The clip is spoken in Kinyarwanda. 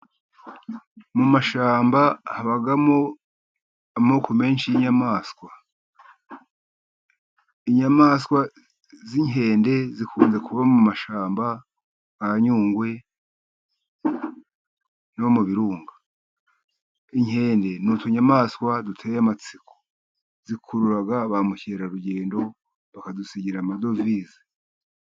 Mu mashyamba habamo amoko menshi y'inyamaswa, inyamaswa z'inkende zikunze kuba mu mashyamba nka nyungwe no mu birunga , inkende n'utunyamaswa duteye amatsiko , zikurura ba mukerarugendo bakadusigira amadovize.